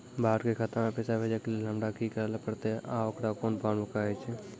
बाहर के खाता मे पैसा भेजै के लेल हमरा की करै ला परतै आ ओकरा कुन फॉर्म कहैय छै?